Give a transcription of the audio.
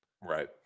Right